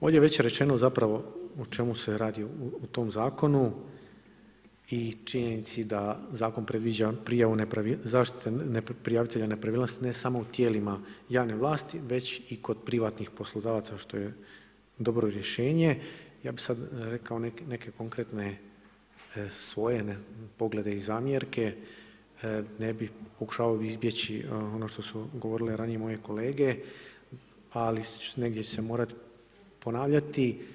Ovdje je već rečeno zapravo o čemu se radi u tom zakonu i činjenici da zakon predviđa prijavu zaštite prijavitelja nepravilnosti ne samo u tijelima javne vlasti već i kod privatnih poslodavaca što je dobro rješenje, ja bi sad rekao neke konkretne svoje poglede i zamjerke, pokušavao bi izbjeći ono što su govorili ranije moje kolege ali ću se negdje morati ponavljati.